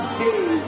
day